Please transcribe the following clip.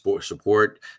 support